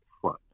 front